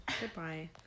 goodbye